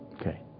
Okay